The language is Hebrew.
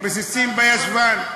רסיסים בישבן.